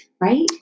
right